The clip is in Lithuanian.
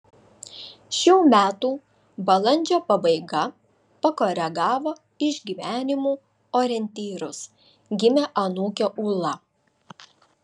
šių metų balandžio pabaiga pakoregavo išgyvenimų orientyrus gimė anūkė ūla